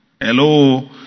Hello